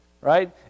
right